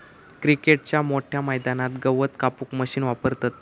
क्रिकेटच्या मोठ्या मैदानात गवत कापूक मशीन वापरतत